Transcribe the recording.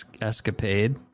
escapade